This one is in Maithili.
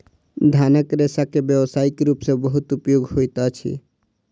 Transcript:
धानक रेशा के व्यावसायिक रूप सॅ बहुत उपयोग होइत अछि